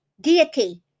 deity